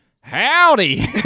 Howdy